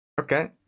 Okay